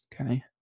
Okay